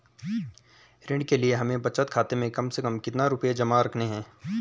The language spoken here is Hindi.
ऋण के लिए हमें बचत खाते में कम से कम कितना रुपये जमा रखने हैं?